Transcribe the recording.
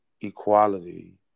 equality